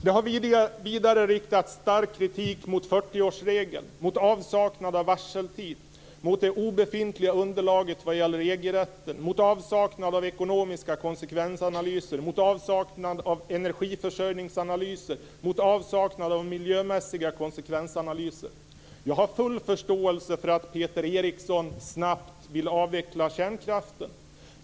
Jag har vidare riktat stark kritik mot 40-årsregeln, mot avsaknad av varseltid, mot det obefintliga underlaget vad gäller EG-rätten, mot avsaknad av ekonomiska konsekvensanalyser, mot avsaknad av energiförsörjningsanalyser, mot avsaknad av miljömässiga konsekvensanalyser. Jag har full förståelse för att Peter Eriksson snabbt vill avveckla kärnkraften.